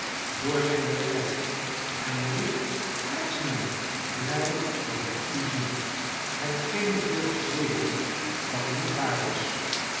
door zyn lorgnet en riep magsman bly dat ik u zie hetgeen ik durf zweren dat niet waar was